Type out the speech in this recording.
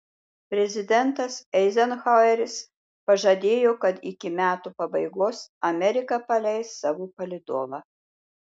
prezidentas eizenhaueris pažadėjo kad iki metų pabaigos amerika paleis savo palydovą